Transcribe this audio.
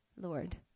Lord